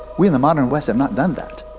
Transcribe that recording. we in the modern west have not done that.